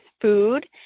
food